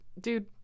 dude